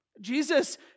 Jesus